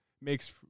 makes